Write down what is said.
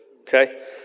okay